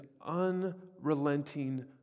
unrelenting